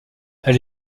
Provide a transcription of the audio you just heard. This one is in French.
elle